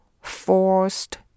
forced